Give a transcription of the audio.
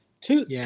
Two